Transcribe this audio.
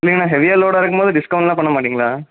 என்னங்கணா ஹெவியாக லோடு இறக்குமோது டிஸ்கௌண்ட் எல்லாம் பண்ண மாட்டிங்களா